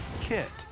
Kit